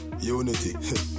Unity